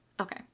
Okay